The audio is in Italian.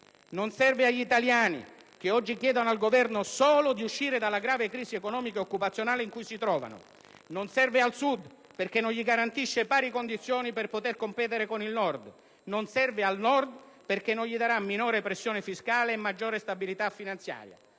non serve agli italiani, che oggi chiedono al Governo solo di uscire dalla grave crisi economica e occupazionale in cui si trovano; non serve al Sud, perché non gli garantisce pari condizioni per poter competere con il Nord; non serve al Nord, perché non gli darà minore pressione fiscale e maggiore stabilità finanziaria;